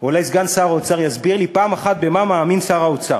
אולי סגן שר האוצר יסביר לי פעם אחת במה מאמין שר האוצר.